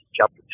chapter